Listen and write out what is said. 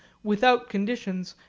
without conditions,